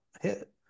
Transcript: hit